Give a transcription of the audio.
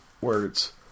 words